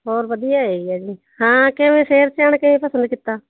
ਹੋਰ ਵਧੀਆ ਹੈਗਾ ਜੀ ਹਾਂ ਕਿਵੇਂ